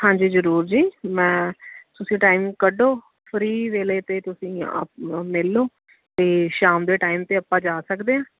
ਹਾਂਜੀ ਜ਼ਰੂਰ ਜੀ ਮੈਂ ਤੁਸੀਂ ਟਾਈਮ ਕੱਢੋ ਫਰੀ ਵੇਲੇ ਅਤੇ ਤੁਸੀਂ ਮਿਲ ਲਓ ਅਤੇ ਸ਼ਾਮ ਦੇ ਟਾਈਮ 'ਤੇ ਆਪਾਂ ਜਾ ਸਕਦੇ ਹਾਂ